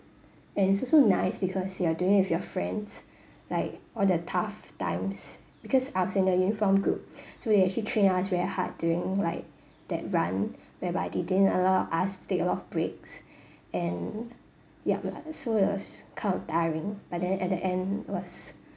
and it's also nice because you are doing with your friends like all the tough times because I was in a uniform group so they actually train us very hard during like that run whereby they didn't allow us to take a lot of breaks and ya ya so it was kind of tiring but then at the end was